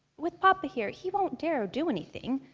with papa here, he won't dare do anything.